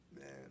Man